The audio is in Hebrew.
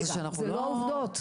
רגע, אלה לא עובדות.